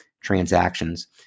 transactions